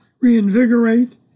reinvigorate